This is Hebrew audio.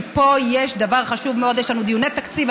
כי פה יש דבר חשוב מאוד: יש לנו דיוני תקציב,